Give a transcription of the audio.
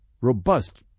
robust